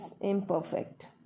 imperfect